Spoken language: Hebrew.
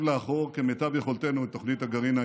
לאחור כמיטב יכולתנו את תוכנית הגרעין האיראנית,